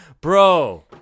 Bro